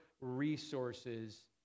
resources